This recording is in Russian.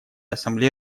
ассамблеи